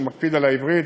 שמקפיד על העברית,